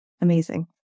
amazing